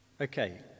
okay